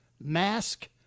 mask